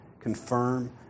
confirm